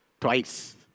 Twice